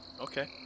Okay